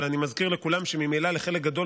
אבל אני מזכיר לכולם שממילא לחלק גדול